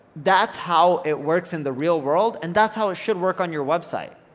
that's how it works in the real world and that's how it should work on your website.